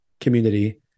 community